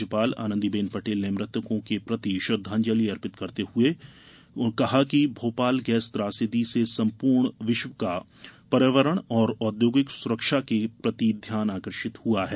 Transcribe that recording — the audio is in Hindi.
राज्यपाल आनंदी बेन पटेल ने मृतकों के प्रति श्रद्वांजली अर्पित करते हुए उन्होंने कहा कि भोपाल गैस त्रासदी से संपूर्ण विश्व का पर्यावरण और औद्योगिक सुरक्षा के प्रति ध्यान आकर्षित हुआ है